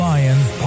Lions